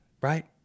Right